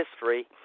history